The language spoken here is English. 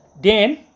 Dan